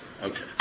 Okay